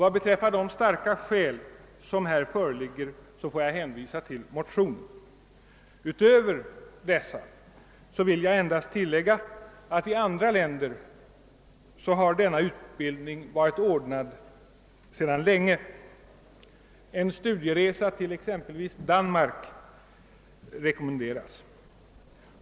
Vad beträffar de starka skäl som föreligger hänvisar jag till motionen. Härutöver vill jag endast tillägga att i andra länder har denna utbildning varit ordnad sedan länge. En studieresa till exempelvis Danmark rekommenderas.